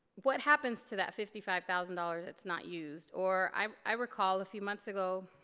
what happens to that fifty five thousand dollars that's not used or i recall a few months ago,